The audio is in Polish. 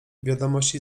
wiadomości